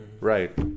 right